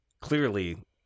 clearly